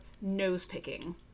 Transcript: nose-picking